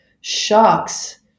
shocks